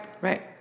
right